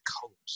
colors